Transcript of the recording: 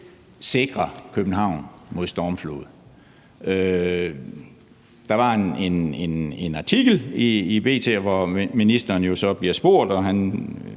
sikrer København mod stormflod. Der var en artikel i B.T., hvor ministeren så bliver spurgt,